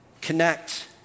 connect